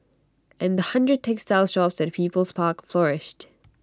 and the hundred textile shops at people's park flourished